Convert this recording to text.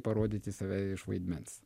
parodyti save iš vaidmens